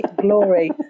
glory